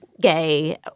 gay